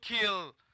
kill